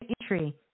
entry